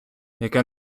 яке